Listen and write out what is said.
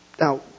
Now